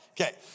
Okay